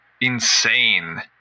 insane